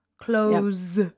Close